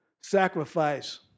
sacrifice